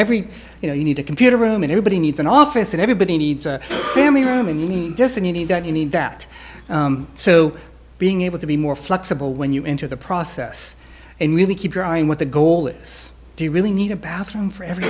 every you know you need a computer room and everybody needs an office and everybody needs a family room in the vicinity that you need that so being able to be more flexible when you enter the process and really keep your eye on what the goal is do you really need a bathroom for every